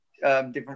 different